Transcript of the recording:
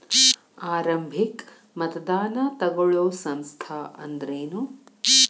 ಆರಂಭಿಕ್ ಮತದಾನಾ ತಗೋಳೋ ಸಂಸ್ಥಾ ಅಂದ್ರೇನು?